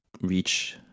reach